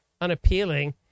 unappealing